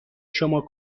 شما